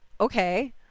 okay